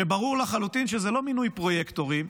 שברור לחלוטין שזה לא מינוי פרויקטורים,